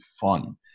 fun